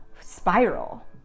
spiral